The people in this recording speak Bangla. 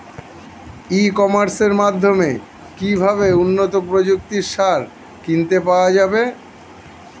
ই কমার্সের মাধ্যমে কিভাবে উন্নত প্রযুক্তির সার কিনতে পাওয়া যাবে?